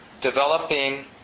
developing